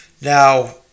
Now